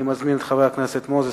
אני מזמין את חבר הכנסת מוזס,